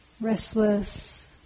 restless